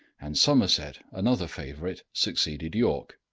and somerset, another favorite, succeeded york.